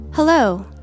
Hello